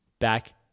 back